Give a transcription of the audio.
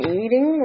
eating